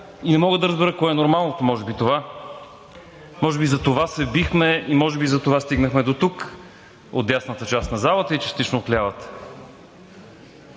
Не мога да разбера кое е нормалното – може би това. Може би затова се бихме и може би затова стихнахме дотук от дясната част на залата и частично от лявата.